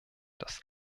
dass